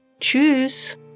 Tschüss